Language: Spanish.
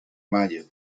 mayo